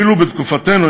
אילו בתקופתנו,